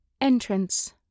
Entrance